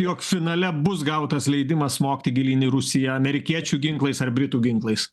jog finale bus gautas leidimas smogti gilyn į rusiją amerikiečių ginklais ar britų ginklais